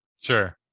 Sure